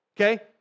okay